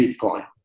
Bitcoin